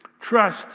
Trust